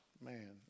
Man